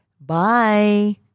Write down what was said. Bye